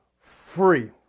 free